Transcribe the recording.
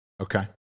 Okay